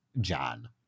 John